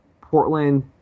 Portland